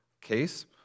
case